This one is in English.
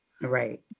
Right